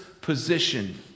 position